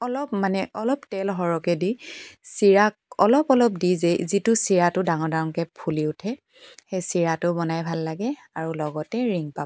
মানে অলপ তেল সৰহকৈ দি চিৰা অলপ অলপকৈ দি যে যিটো চিৰা ডাঙৰ ডাঙৰকৈ ফুলি উঠে সেই চিৰাটো বনাই ভাল লাগে আৰু লগতে ৰিং পাপৰ